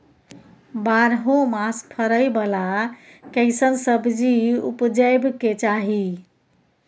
बारहो मास फरै बाला कैसन सब्जी उपजैब के चाही?